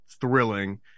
thrilling